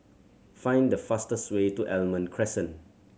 find the fastest way to Almond Crescent